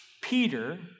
Peter